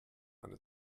eine